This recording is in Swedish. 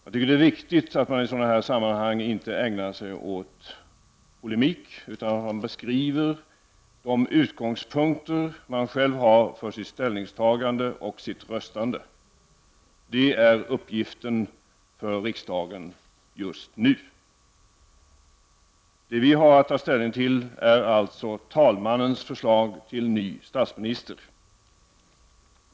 Jag tycker att det är viktigt att man i sådana här sammanhang inte ägnar sig åt polemik, utan att man beskriver de utgångspunkter som man själv har för sitt ställningstagande och röstande. Det är uppgiften för riksdagen just nu. Det vi har att ta ställning till är alltså talmannens förslag till ny statsminister.